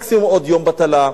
יהיה מקסימום עוד יום בטלה,